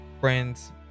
friends